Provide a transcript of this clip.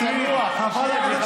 תדבר אליה יפה,